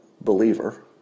believer